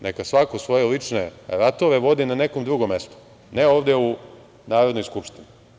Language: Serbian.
Neka svako svoje lične ratove vodi na nekom drugom mestu, ne ovde u Narodnoj skupštini.